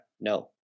No